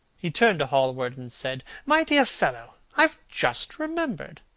he turned to hallward and said, my dear fellow, i have just remembered.